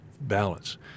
balance